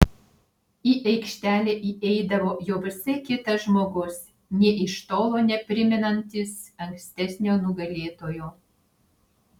į aikštelę įeidavo jau visai kitas žmogus nė iš tolo neprimenantis ankstesnio nugalėtojo